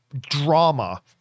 drama